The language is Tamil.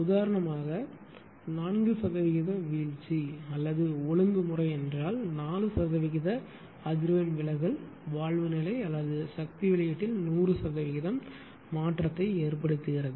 உதாரணமாக 4 சதவிகிதம் வீழ்ச்சி அல்லது ஒழுங்குமுறை என்றால் 4 சதவிகித அதிர்வெண் விலகல் வால்வு நிலை அல்லது சக்தி வெளியீட்டில் 100 சதவிகிதம் மாற்றத்தை ஏற்படுத்துகிறது